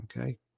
Okay